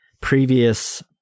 previous